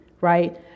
right